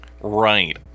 right